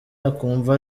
akumva